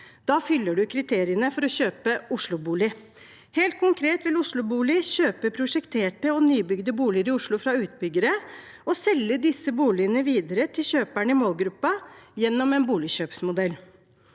fyller man kriteriene for å kjøpe OsloBolig. Helt konkret vil OsloBolig kjøpe prosjekterte og nybygde boliger i Oslo fra utbyggere og selge disse boligene videre til kjøperne i målgruppen gjennom en boligkjøpsmodell.